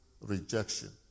rejection